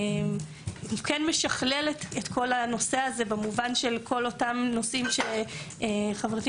הוא כן משכלל את זה במובן של הנושאים שחברתי